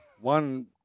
One